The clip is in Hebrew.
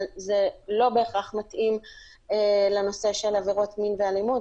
אבל זה לא בהכרח מתאים לנושא של עבירות מין ואלימות,